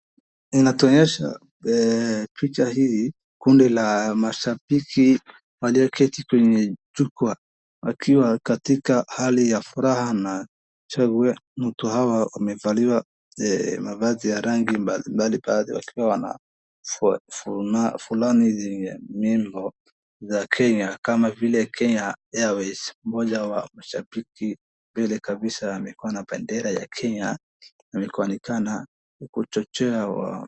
Inatuonyesha picha hii, kundi la mashabiki walioketi kwenye jukwaa wakiwa katika hali ya furaha na watu hawa wamevalia mavazi ya rangi mbalimbali pale wakiwa wana fulani zenye nyimbo za Kenya kama vile Kenya Airways, mmoja wa mashabiki vile kabisa amekuwa na bendera ya Kenya akionekana kuchochea watu.